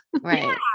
Right